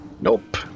Nope